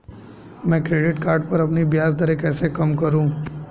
मैं credit card पर अपनी ब्याज दरें कैसे कम करूँ?